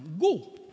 Go